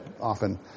often